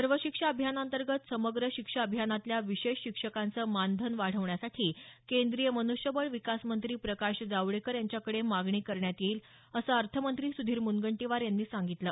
सर्व शिक्षा अभियानाअंतर्गत समग्र शिक्षा अभियानातल्या विशेष शिक्षकांचं मानधन वाढवण्यासाठी केंद्रीय मन्ष्यबळ विकास मंत्री प्रकाश जावडेकर यांच्याकडे मागणी करण्यात येईल असं अर्थमंत्री सुधीर मुनगंटीवार यांनी सांगितलं